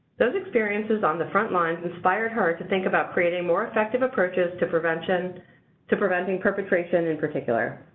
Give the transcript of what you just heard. those experiences on the frontlines inspired her to think about creating more effective approaches to prevention to preventing perpetration in particular.